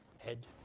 head